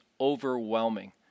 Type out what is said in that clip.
overwhelming